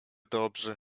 dobrzy